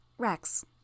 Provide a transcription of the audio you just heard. Rex